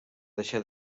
deixar